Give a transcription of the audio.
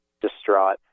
distraught